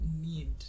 need